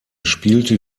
spielte